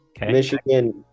Michigan